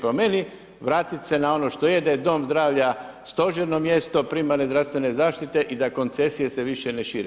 Po meni vratit se na ono što je, da je dom zdravlja stožerno mjesto primarne zdravstvene zaštite i da koncesije se više ne šire.